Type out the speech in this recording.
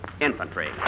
Infantry